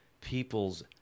people's